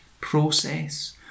process